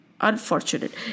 Unfortunate